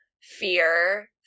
fear